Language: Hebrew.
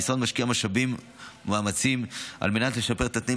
המשרד משקיע משאבים ומאמצים על מנת לשפר את התנאים